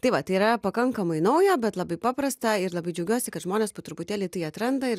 tai va tai yra pakankamai nauja bet labai paprasta ir labai džiaugiuosi kad žmonės po truputėlį tai atranda ir